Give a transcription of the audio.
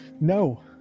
no